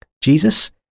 Jesus